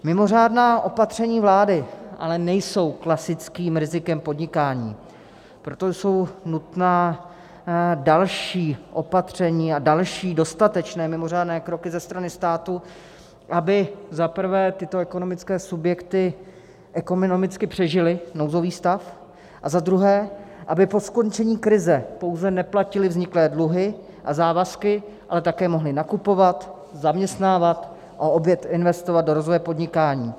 Mimořádná opatření vlády ale nejsou klasickým rizikem podnikání, proto jsou nutná další opatření a další dostatečné mimořádné kroky ze strany státu, aby za prvé tyto ekonomické subjekty ekonomicky přežily nouzový stav, a za druhé, aby po skončení krize pouze neplatily vzniklé dluhy a závazky, ale také mohly nakupovat, zaměstnávat a opět investovat do rozvoje podnikání.